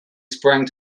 sprang